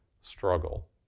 struggle